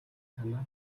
санаа